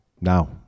now